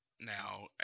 now